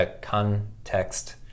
context